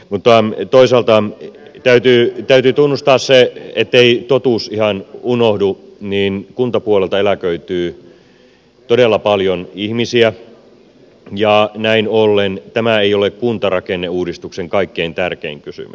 mutta toisaalta täytyy tunnustaa se ettei totuus ihan unohdu että kun kuntapuolelta eläköityy todella paljon ihmisiä niin näin ollen tämä ei ole kuntarakenneuudistuksen kaikkein tärkein kysymys